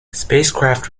spacecraft